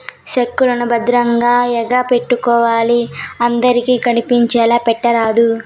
check లను భద్రంగా ఎగపెట్టుకోవాలి అందరికి కనిపించేలా పెట్టరాదు